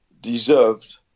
deserved